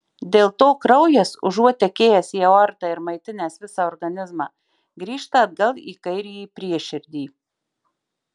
dėl to kraujas užuot tekėjęs į aortą ir maitinęs visą organizmą grįžta atgal į kairįjį prieširdį